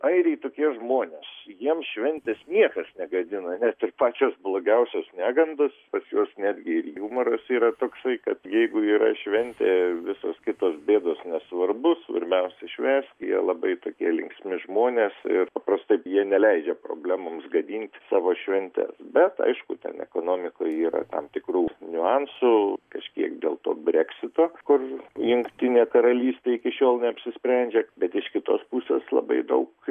airiai tokie žmonės jiem šventės niekas negadina net ir pačios blogiausios negandos pas juos netgi ir jumoras yra toksai kad jeigu yra šventė visos kitos bėdos nesvarbu svarbiausia švęsti jie labai tokie linksmi žmonės ir paprastai jie neleidžia problemoms gadinti savo šventes bet aišku ten ekonomikoj yra tam tikrų niuansų kažkiek dėl to breksito kur jungtinė karalystė iki šiol neapsisprendžia bet iš kitos pusės labai daug